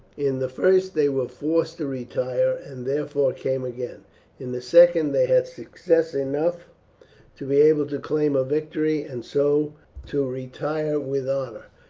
in the first they were forced to retire, and therefore came again in the second they had success enough to be able to claim a victory and so to retire with honour.